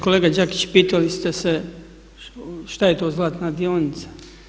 Kolega Đakić pitali ste se što je to zlatna dionica?